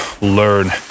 learn